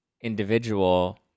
individual